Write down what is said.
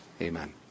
Amen